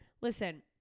Listen